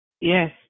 Yes